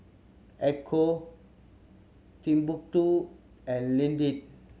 Ecco Timbuk Two and Lindt